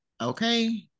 Okay